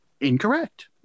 Incorrect